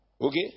okay